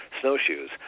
snowshoes